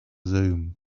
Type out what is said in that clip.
zoom